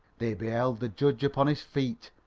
they beheld the judge upon his feet,